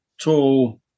tall